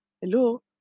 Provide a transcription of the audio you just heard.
Hello